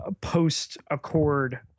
post-accord